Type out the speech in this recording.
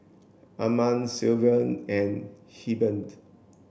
Arman Sylvan and Hebert